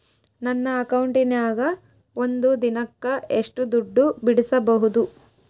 ನನ್ನ ಅಕೌಂಟಿನ್ಯಾಗ ಒಂದು ದಿನಕ್ಕ ಎಷ್ಟು ದುಡ್ಡು ಬಿಡಿಸಬಹುದು?